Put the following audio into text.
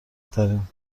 ترین